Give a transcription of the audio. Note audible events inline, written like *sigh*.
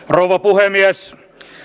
*unintelligible* rouva puhemies